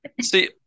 See